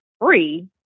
free